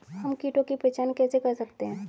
हम कीटों की पहचान कैसे कर सकते हैं?